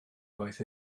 gwaith